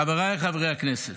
חבריי חברי הכנסת,